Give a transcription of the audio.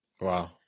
Wow